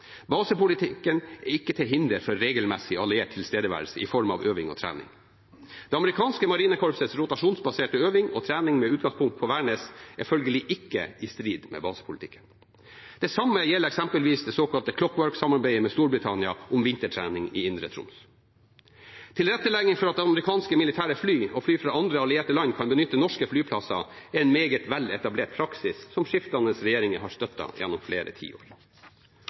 Basepolitikken er ikke til hinder for regelmessig alliert tilstedeværelse i form av øving og trening. Det amerikanske marinekorpsets rotasjonsbaserte øving og trening med utgangspunkt på Værnes er følgelig ikke i strid med basepolitikken. Det samme gjelder eksempelvis det såkalte Clockwork-samarbeidet med Storbritannia om vintertrening i Indre Troms. Tilrettelegging for at amerikanske militære fly og fly fra andre allierte land kan benytte norske flyplasser, er en meget vel etablert praksis som skiftende regjeringer har støttet gjennom flere tiår.